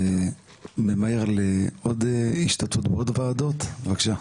ממהר להשתתפות בעוד ועדות, בבקשה.